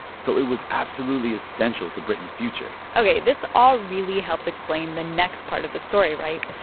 so it was absolutely essential to britain's future ok, this all really helps explain the next part of the story right?